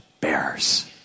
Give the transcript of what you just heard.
bears